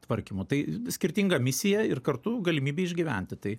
tvarkymu tai skirtinga misija ir kartu galimybė išgyventi tai